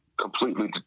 Completely